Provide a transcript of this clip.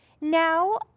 Now